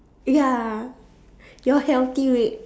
ya your healthy weight